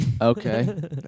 Okay